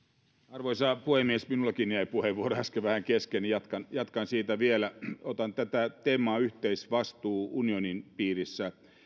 arvoisa puhemies minullakin jäi puheenvuoro äsken vähän kesken jatkan siitä vielä otan tätä teemaa yhteisvastuu unionin piirissä